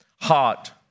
heart